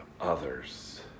others